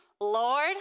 Lord